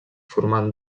formant